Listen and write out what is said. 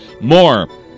more